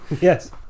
Yes